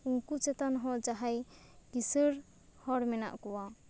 ᱩᱱᱠᱩ ᱪᱮᱛᱟᱱ ᱦᱚᱸ ᱡᱟᱦᱟᱸᱭ ᱠᱤᱥᱟᱹᱲ ᱦᱚᱲ ᱢᱮᱱᱟᱜ ᱠᱚᱣᱟ